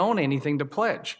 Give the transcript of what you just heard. own anything to pledge